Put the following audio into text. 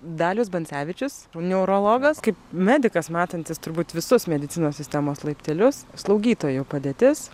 dalius bancevičius neurologas kaip medikas matantis turbūt visus medicinos sistemos laiptelius slaugytojų padėtis